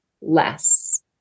less